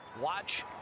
Watch